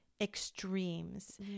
extremes